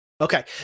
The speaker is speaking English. Okay